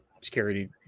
security